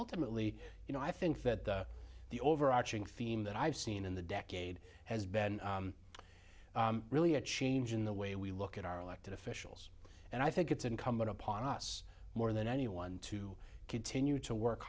ultimately you know i think that the overarching theme that i've seen in the decade has been really a change in the way we look at our elected officials and i think it's incumbent upon us more than anyone to continue to work